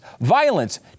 violence